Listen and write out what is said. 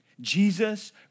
Jesus